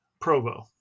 Provo